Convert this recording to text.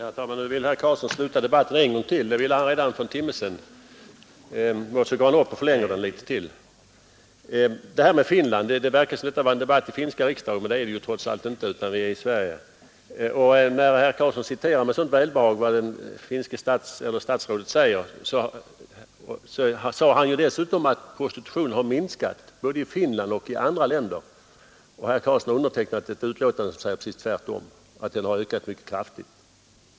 Herr talman! Nu vill herr Karlsson i Huskvarna sluta debatten en gång till. Det ville han redan för en timme sedan — men så går han nu upp och förlänger den litet till. Så det här med Finland. Det verkar som om detta vore en debatt i den finska riksdagen, men det är det ju trots allt inte. När herr Karlsson citerar med sådant välbehag vad det finska statsrådet sagt, så bör det väl nämnas att han dessutom sagt att prostitutionen har minskat både i Finland och i andra länder. Herr Karlsson har undertecknat ett betänkande som säger precis tvärtom, nämligen att den har ökat mycket kraftigt.